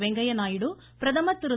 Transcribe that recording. வெங்கையா நாயுடு பிரதமர் திரு